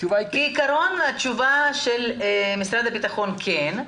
כעיקרון התשובה של משרד הביטחון היא כן.